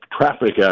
traffic